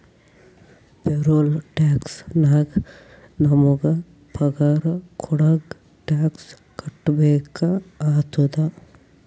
payroll tax ನಾಗ್ ನಮುಗ ಪಗಾರ ಕೊಡಾಗ್ ಟ್ಯಾಕ್ಸ್ ಕಟ್ಬೇಕ ಆತ್ತುದ